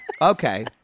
okay